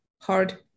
hard